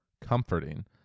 comforting